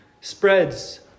spreads